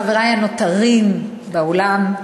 חברי הנותרים באולם,